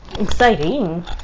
exciting